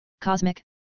cosmic